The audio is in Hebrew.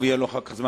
אחר כך זמן,